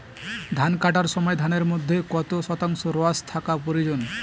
ধান কাটার সময় ধানের মধ্যে কত শতাংশ রস থাকা প্রয়োজন?